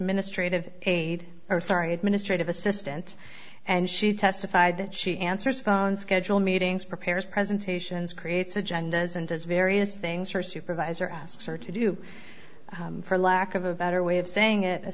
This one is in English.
administrative aide or sorry administrative assistant and she testified that she answers phones schedule meetings prepares presentations creates agendas and does various things her supervisor asks her to do for lack of a better way of saying it a